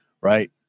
right